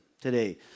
today